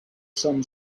some